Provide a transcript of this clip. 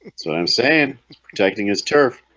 so i'm saying protecting his turf